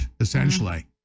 essentially